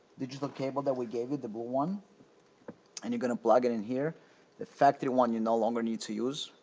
digital cable that we gave you the blue one and you're gonna plug it in here the factory one you no longer need to use